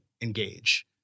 engage